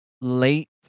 late